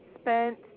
spent